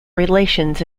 relations